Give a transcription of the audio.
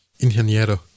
Ingeniero